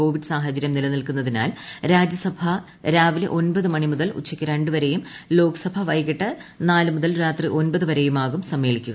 Covid സാഹചര്യം നിലനിൽക്കുന്നതിനാൽ രാജ്യസഭ രാവിലെ ഒൻപത് മണിമുതൽ ഉച്ചയ്ക്ക് രണ്ട് വരെയും ലോക്സഭ വൈകിട്ട് നാല് മുതൽ രാത്രി ഒൻപത് വരെയുമാകും സമ്മേളിക്കുക